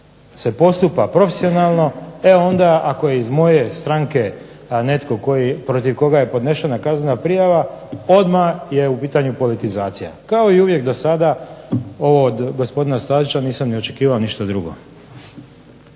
se postupa profesionalno e onda ako je iz moje stranke netko protiv koga je podnesena kaznena prijava odmah je u pitanju politizacija. Kao i uvijek dosada od gospodina Stazića nisam ni očekivao ništa drugo.